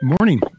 Morning